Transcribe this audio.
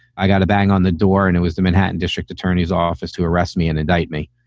i got a bang on the door and it was the manhattan district attorney's office to arrest me and indict me.